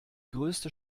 größte